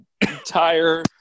entire